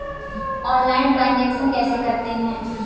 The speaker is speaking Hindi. ऑनलाइल ट्रांजैक्शन कैसे करते हैं?